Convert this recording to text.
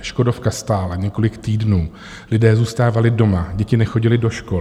Škodovka stála několik týdnů, lidé zůstávali doma, děti nechodily do škol.